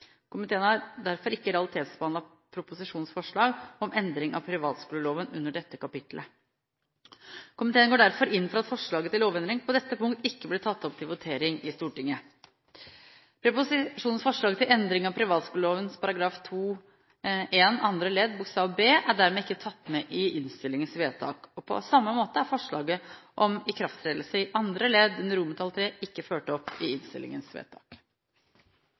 Komiteen har derfor ikke realitetsbehandlet proposisjonens forslag om endring av privatskoleloven under dette kapitlet. Komiteen går derfor inn for at forslaget til lovendring på dette punkt ikke blir tatt opp til votering i Stortinget. Proposisjonens forslag til endring av privatskoleloven § 2-1 andre ledd bokstav b) er dermed ikke tatt med i innstillingens utkast til vedtak. På samme måte er forslaget om ikrafttredelse i andre ledd under III ikke ført opp i innstillingens utkast til vedtak.